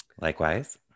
Likewise